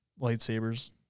Lightsabers